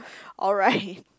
alright